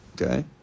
Okay